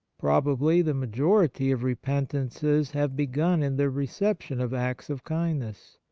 probably the majority of repentances have begun in the reception of acts of kindness,